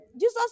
Jesus